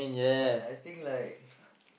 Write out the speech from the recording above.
I I think like